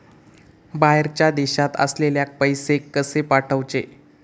बाहेरच्या देशात असलेल्याक पैसे कसे पाठवचे?